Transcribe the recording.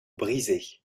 brisés